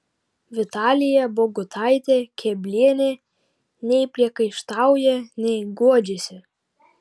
vitalija bogutaitė keblienė nei priekaištauja nei guodžiasi